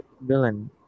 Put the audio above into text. villain